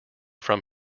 from